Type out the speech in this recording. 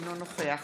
אינו נוכח